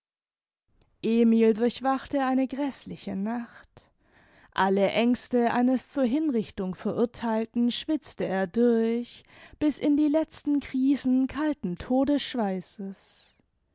emil durchwachte eine gräßliche nacht alle aengste eines zur hinrichtung verurtheilten schwitzte er durch bis in die letzten krisen kalten